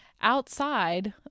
outside